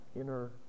inner